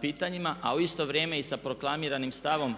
pitanjima, a u isto vrijeme i sa proklamiranim stavom